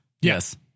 Yes